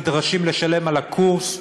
נדרשים לשלם על הקורס,